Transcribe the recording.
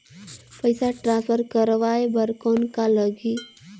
पइसा ट्रांसफर करवाय बर कौन का लगही?